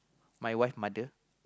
my wife mother